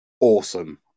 awesome